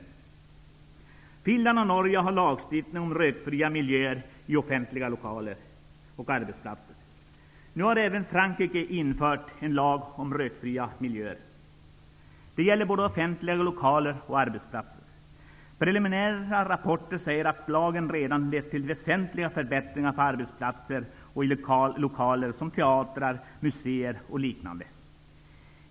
I Finland och Norge har man lagstiftning om rökfria miljöer i offentliga lokaler och på arbetsplatser. Nu har även Frankrike infört en lag om rökfria miljöer. Den gäller både offentliga lokaler och på arbetsplatser. Preliminära rapporter säger att lagen redan har lett till väsentliga förbättringar på arbetsplatser och lokaler såsom teatrar, muséer och liknande.